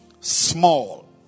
small